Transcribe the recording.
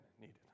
needed